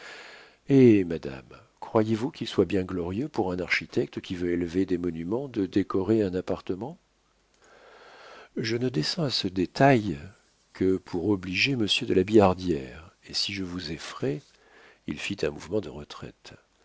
eh madame croyez-vous qu'il soit bien glorieux pour un architecte qui veut élever des monuments de décorer un appartement je ne descends à ce détail que pour obliger monsieur de la billardière et si je vous effraie il fit un mouvement de retraite